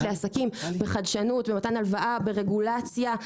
לעסקים בחדשנות ובמתן הלוואה ברגולציה.